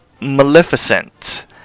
Maleficent